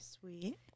Sweet